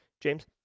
james